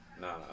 Nah